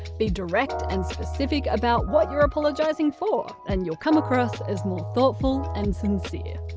be direct and specific about what you are apologising for and you'll come across as more thoughtful and sincere.